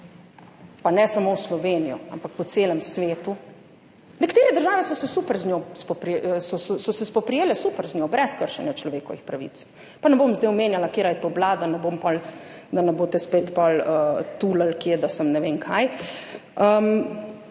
pa ne samo v Sloveniji, ampak po celem svetu. Nekatere države so se spoprijele super z njo, brez kršenja človekovih pravic. Pa ne bom zdaj omenjala, katera je to bila, da ne boste spet potem tulili kje, da sem ne vem kaj.